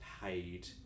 paid